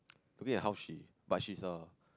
looking at how she but she is a